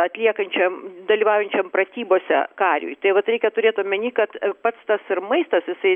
atliekančiam dalyvaujančiam pratybose kariui tai vat reikia turėt omeny kad pats tas ir maistas jisai